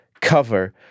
Cover